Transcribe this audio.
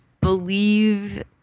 believe